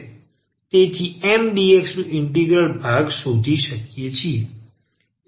તેથી આપણે Mdx નું ઇન્ટિગ્રલ ભાગ શોધી શકીએ